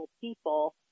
people